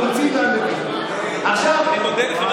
אני מודה לחבר